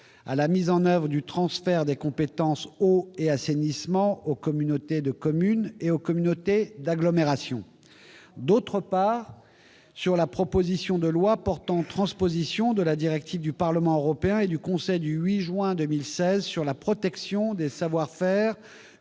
à la mise en oeuvre du transfert des compétences eau et assainissement aux communautés de communes et aux communautés d'agglomération et, d'autre part, sur la proposition de loi portant transposition de la directive (UE) 2016/943 du Parlement européen et du Conseil du 8 juin 2016 sur la protection des savoir-faire